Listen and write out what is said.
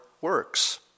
works